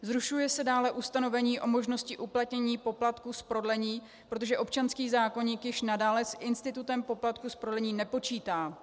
Zrušuje se dále ustanovení o možnosti uplatnění poplatku z prodlení, protože občanský zákoník již nadále s institutem poplatku z prodlení nepočítá.